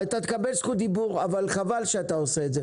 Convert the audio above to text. בליאק, אתה תקבל זכות דיבור וחבל שאתה עושה את זה.